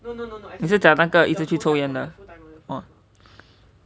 你是讲那个一直去抽烟的:ni shi jiang na ge yi zhi qu chou yann de oh